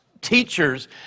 teachers